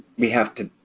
we have to,